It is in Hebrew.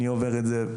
אני עובר את זה,